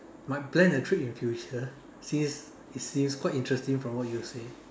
might plan a trip in future since it seems quite interesting from what you say